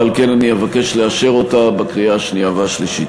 ועל כן אני אבקש לאשר אותה בקריאה השנייה והשלישית.